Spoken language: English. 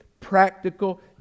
practical